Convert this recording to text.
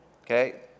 Okay